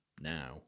now